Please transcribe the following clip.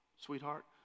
sweetheart